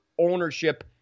ownership